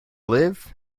live